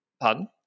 Pardon